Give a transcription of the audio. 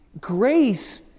grace